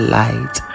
light